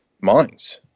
minds